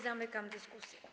Zamykam dyskusję.